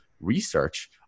research